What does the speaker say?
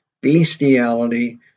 bestiality